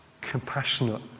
compassionate